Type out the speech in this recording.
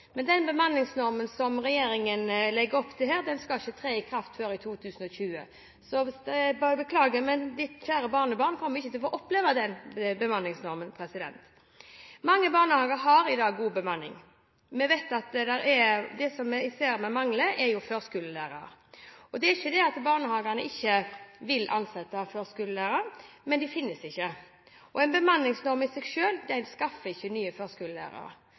Men den bemanningsnormen som regjeringen legger opp til her, skal ikke tre i kraft før i 2020. Så det er bare å beklage, men representantens kjære barnebarn kommer ikke til å få oppleve den bemanningsnormen. Mange barnehager har i dag god bemanning. Vi vet at det vi især mangler, er førskolelærere. Det er ikke det at barnehagene ikke vil ansette førskolelærere, men de finnes ikke, og en bemanningsnorm i seg selv skaffer ikke nye førskolelærere.